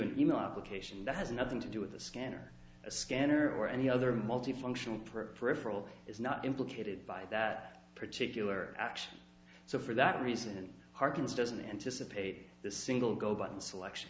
an email application that has nothing to do with the scanner a scanner or any other multi functional per peripheral is not implicated by that particular action so for that reason harkins doesn't anticipate the single go button selection